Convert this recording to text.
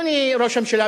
אדוני ראש הממשלה,